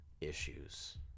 issues